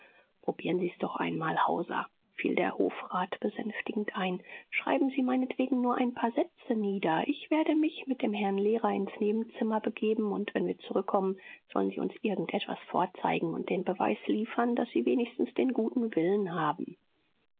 probieren sie's doch einmal hauser fiel der hofrat besänftigend ein schreiben sie meinetwegen nur ein paar sätze nieder ich werde mich mit dem herrn lehrer ins nebenzimmer begeben und wenn wir zurückkommen sollen sie uns irgend etwas vorzeigen und den beweis liefern daß sie wenigstens den guten willen haben